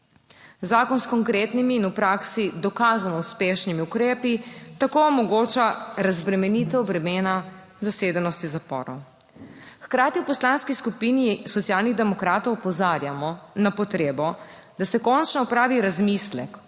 Zakon s konkretnimi in v praksi dokazano uspešnimi ukrepi tako omogoča razbremenitev bremena zasedenosti zaporov. Hkrati v Poslanski skupini Socialnih demokratov opozarjamo na potrebo, da se končno opravi razmislek